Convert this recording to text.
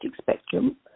spectrum